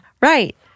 right